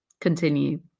continue